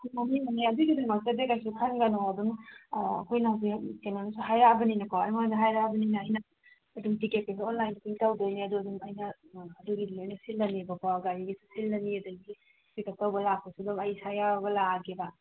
ꯑꯗꯨꯒꯤꯗꯃꯛꯇꯗꯤ ꯀꯩꯁꯨ ꯈꯟꯒꯅꯣ ꯑꯗꯨꯝ ꯑꯩꯈꯣꯏꯅ ꯍꯧꯖꯤꯛ ꯀꯩꯅꯣ ꯑꯃꯁꯨ ꯍꯥꯏꯔꯛꯑꯕꯅꯤꯅꯀꯣ ꯑꯩꯉꯣꯟꯗ ꯍꯥꯏꯔꯛꯑꯕꯅꯤꯅ ꯑꯩꯅ ꯑꯗꯨꯝ ꯇꯤꯀꯦꯠꯀꯤꯁꯨ ꯑꯣꯟꯂꯥꯏꯟ ꯕꯨꯛꯀꯤꯡ ꯇꯧꯒꯗꯣꯏꯅꯦ ꯑꯗꯨ ꯑꯗꯨꯝ ꯑꯩꯅ ꯑꯗꯨꯒꯤ ꯂꯣꯏꯅ ꯑꯗꯨꯝ ꯁꯤꯜꯂꯅꯦꯕꯀꯣ ꯒꯥꯔꯤꯒꯤ ꯁꯤꯜꯂꯅꯤ ꯑꯗꯒꯤ ꯄꯤꯛꯑꯞ ꯇꯧꯕ ꯂꯥꯛꯄꯁꯨ ꯑꯗꯨꯝ ꯑꯩ ꯏꯁꯥ ꯌꯥꯎꯔꯒ ꯂꯥꯛꯑꯒꯦꯕ